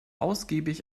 ausgiebig